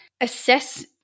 assess